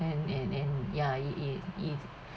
and and and ya it it it